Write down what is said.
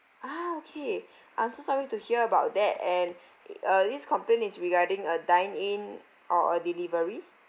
ah okay I'm sorry to hear about that and it uh this complaint is regarding a dine in or a delivery